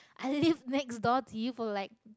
I live next door do you polite